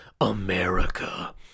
America